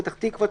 פתח תקווה,